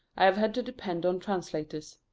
i have had to depend on translators.